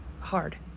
hard